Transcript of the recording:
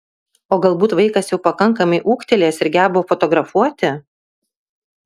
o galbūt vaikas jau pakankamai ūgtelėjęs ir geba fotografuoti